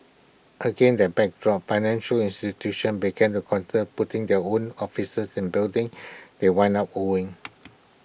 against that backdrop financial institutions began to consider putting their own offices in buildings they wound up owning